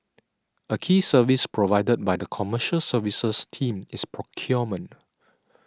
a key service provided by the Commercial Services team is procurement